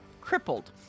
crippled